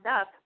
up